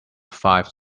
five